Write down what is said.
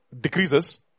decreases